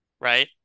right